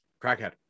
Crackhead